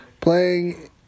playing